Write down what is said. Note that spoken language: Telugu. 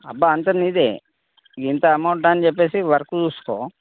అబ్బా అంతా నీదే ఇంత అమౌంట్ అని చెప్పేసి వర్క్ చూసుకో